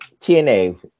TNA